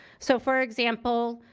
so, for example,